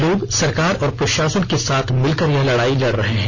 लोग सरकार और प्रशासन के साथ मिलकर यह लड़ाई लड़ रहे हैं